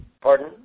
pardon